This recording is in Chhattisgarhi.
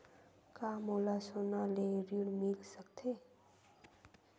का मोला सोना ले ऋण मिल सकथे?